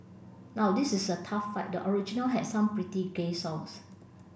now this is a tough fight the original had some pretty gay songs